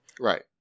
Right